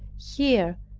here,